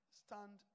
stand